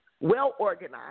well-organized